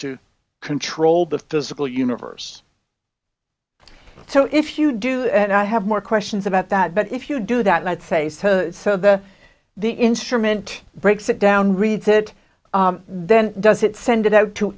to control the physical universe so if you do and i have more questions about that but if you do that i'd say so so the the instrument breaks it down reads it then does it send it out to